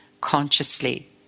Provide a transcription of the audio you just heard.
consciously